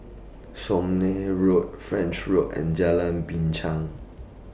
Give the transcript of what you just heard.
Somme Road French Road and Jalan Binchang